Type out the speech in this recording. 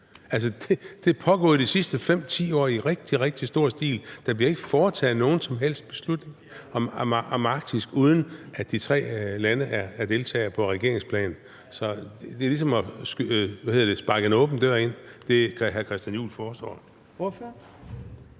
det er pågået de sidste 5-10 år i rigtig stor stil. Der bliver ikke foretaget nogen som helst beslutning om Arktis, uden at de tre lande er deltagere på regeringsplan. Så det, hr. Christian Juhl foreslår,